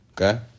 Okay